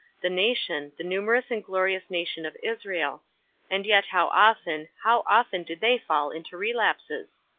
the nation, the numerous and glorious nation of israel and yet how often, how often did they fall into relapses!